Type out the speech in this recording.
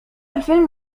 الفلم